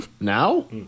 Now